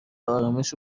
ارامش